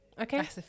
Okay